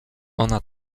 ona